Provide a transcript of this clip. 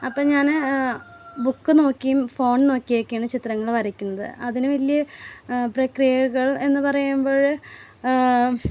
അപ്പം ഞാൻ ബുക്ക് നോക്കിയും ഫോൺ നോക്കിയെക്കെയാണ് ചിത്രങ്ങൾ വരയ്ക്കുന്നത് അതിന് വലിയ പ്രക്രിയകൾ എന്ന് പറയുമ്പോൾ